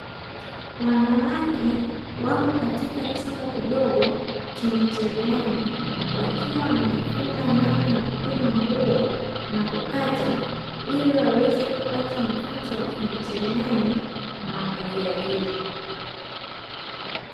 Wanawake wako katika chumba kidogo chenye cherehani, wakiwa wanajifunza namna ya kupima nguo na kukata, ili waweze kupata mafunzo ya ufundi cherehani na wakajiajiri.